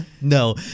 No